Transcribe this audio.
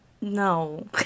No